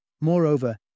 Moreover